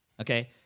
Okay